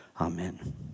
Amen